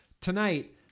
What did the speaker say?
tonight